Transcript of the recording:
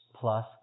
plus